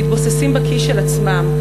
מתבוססים בקיא של עצמם.